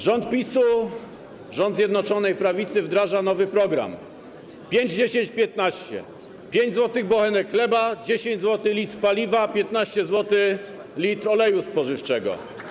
Rząd PiS, rząd Zjednoczonej Prawicy wdraża nowy program 5-10-15: 5 zł bochenek chleba, 10 zł litr paliwa, 15 zł litr oleju spożywczego.